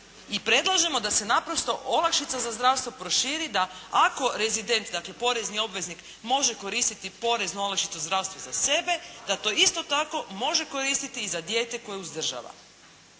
i predlažemo da se naprosto olakšica za zdravstvo proširi da ako rezident, dakle porezni obveznik može koristiti poreznu olakšicu zdravstva za sebe, da to isto tako može koristiti i za dijete koje uzdržava.